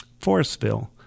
Forestville